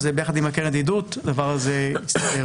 אז ביחד עם הקרן לידידות הדבר הזה הסתדר.